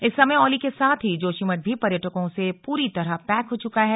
इस समय औली के साथ ही जोशीमठ भी पर्यटकों से पूरी तरह पैक हो चुका है